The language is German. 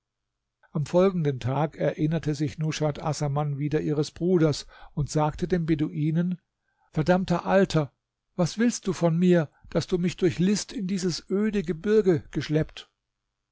am folgenden tag erinnerte sich nushat assaman wieder ihres bruders und sagte dem beduinen du verdammter alter was willst du von mir daß du mich durch list in dieses öde gebirge geschleppt